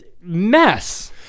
mess